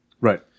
Right